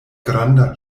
granda